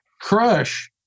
crush